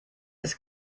ist